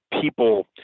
people